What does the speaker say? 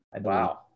Wow